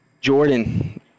Jordan